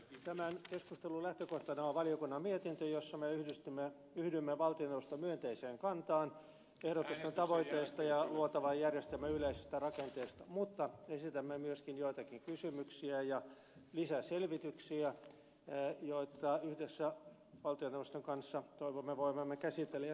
tämän keskustelun lähtökohtana on valiokunnan mietintö jossa me yhdymme valtioneuvoston myönteiseen kantaan ehdotusten tavoitteista ja luotavan järjestelmän yleisistä rakenteista mutta esitämme myöskin joitakin kysymyksiä ja lisäselvityksiä joita yhdessä valtioneuvoston kanssa toivomme voivamme käsitellä